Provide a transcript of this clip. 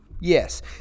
Yes